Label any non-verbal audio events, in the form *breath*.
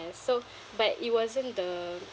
so *breath* but it wasn't the